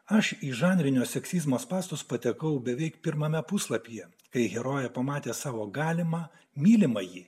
aš į žanrinio seksizmo spąstus patekau beveik pirmame puslapyje kai herojė pamatė savo galimą mylimąjį